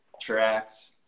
tracks